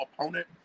opponent